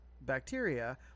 bacteria